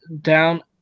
down